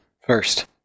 first